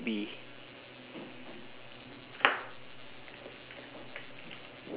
K what parts of your personality do you think have changed over time